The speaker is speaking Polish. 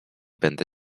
będę